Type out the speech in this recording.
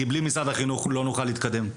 כי בלי משרד החינוך לא נוכל להתקדם.